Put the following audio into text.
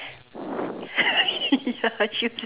ya true